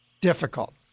difficult